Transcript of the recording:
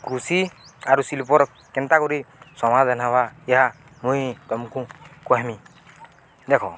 କୃଷି ଆରୁ ଶିଳ୍ପର କେନ୍ତା କରି ସମାଧାନ ହବା ଏହା ମୁଇଁ ତମକୁ କହେମି ଦେଖ